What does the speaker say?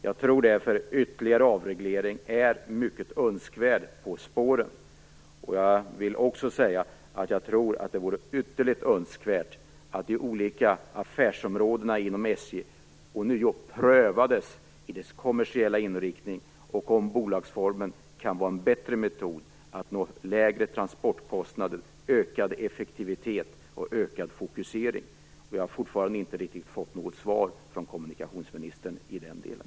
Jag tror därför att ytterligare avreglering på spåren är mycket önskvärd. Jag vill också säga att det vore ytterligt önskvärt att de olika affärsområdena inom SJ ånyo prövades i fråga om den kommersiella inriktningen och om bolagsformen kunde vara en bättre metod att nå lägre transportkostnader, ökad effektivitet och ökad fokusering. Jag har fortfarande inte fått något riktigt svar från kommunikationsministern i den delen.